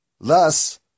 Thus